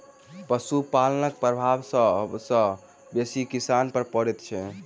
पशुपालनक प्रभाव सभ सॅ बेसी किसान पर पड़ैत छै